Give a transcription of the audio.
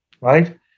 right